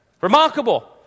Remarkable